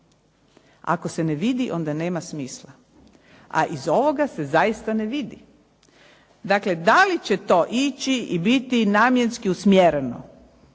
Ako se ne vidi onda nema smisla. A iz ovoga se zaista ne vidi. Dakle da li će to ići i biti namjenski usmjereno.